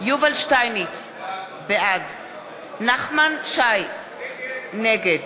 יובל שטייניץ, בעד נחמן שי, נגד